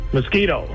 Mosquito